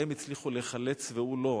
הם הצליחו להיחלץ והוא לא.